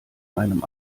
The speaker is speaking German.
einem